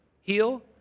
heal